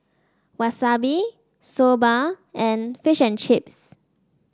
Wasabi Soba and Fish and Chips